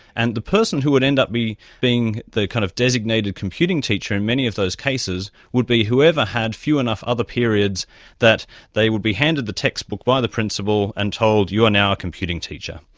and the person who would end up being the kind of designated computing teacher in many of those cases would be whoever had few enough other periods that they would be handed the textbook by the principal and told, you are now a computing teacher.